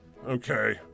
Okay